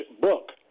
book